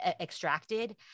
extracted